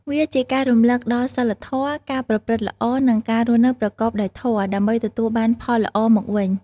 វាជាការរំលឹកដល់សីលធម៌ ការប្រព្រឹត្តល្អ និងការរស់នៅប្រកបដោយធម៌ ដើម្បីទទួលបានផលល្អមកវិញ។